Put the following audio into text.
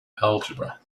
algebra